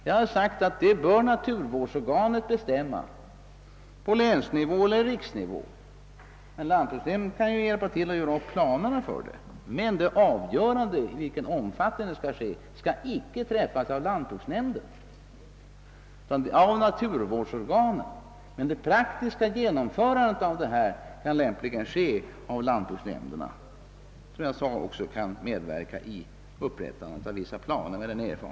Detta bör naturvårdsorganet bestämma på länsnivå eller riksnivå. En lantbruksnämnd bör naturligtvis hjälpa till att göra upp planer för arbetet men avgörandet i vilken omfattning det skall ske bör träffas icke av lantbruksnämnden utan av naturvårdsorganen. Det praktiska genomförandet av de uppgjorda arbetsplanerna kan däremot lämpligen ske genom lantbruksnämnderna.